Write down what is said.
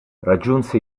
raggiunse